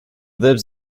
lives